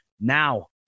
Now –